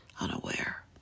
unaware